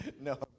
no